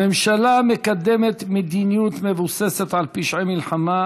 הממשלה מקדמת מדיניות המבוססת על פשעי מלחמה,